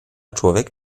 człowiek